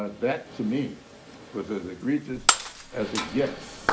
ah that to me was as agregious as it gets.